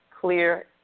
clear